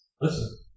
Listen